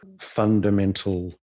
fundamental